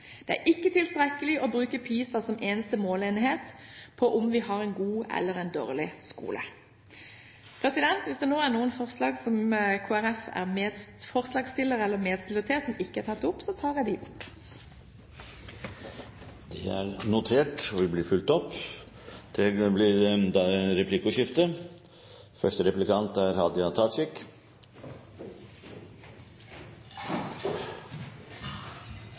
Det er ikke tilstrekkelig å bruke PISA som eneste måleenhet på om vi har en god eller en dårlig skole. Jeg vil så få ta opp våre forslag og de forslag som Kristelig Folkeparti er medforslagsstiller til, og som ikke er tatt opp. Representanten Dagrun Eriksen har tatt opp de forslagene hun refererte til. Det blir replikkordskifte.